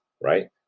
right